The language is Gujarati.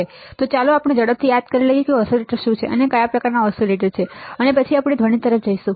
તો ચાલો આપણે ઝડપથી યાદ કરીએ કે ઓસીલેટર શું છે અને કયા પ્રકારના ઓસીલેટર છે અને પછી આપણે ધ્વનિ તરફ જઈશું